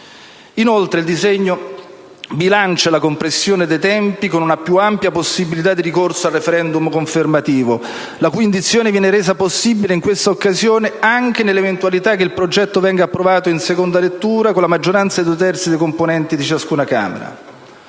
Inoltre, il disegno di legge bilancia la compressione dei tempi con una più ampia possibilità di ricorso al *referendum* confermativo, la cui indizione viene resa possibile in questa occasione anche nell'eventualità che il progetto venga approvato in seconda lettura con la maggioranza dei due terzi dei componenti di ciascuna Camera.